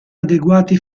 adeguati